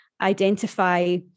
identify